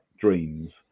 dreams